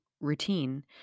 routine